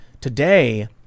Today